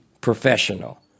professional